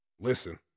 listen